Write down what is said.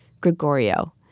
Gregorio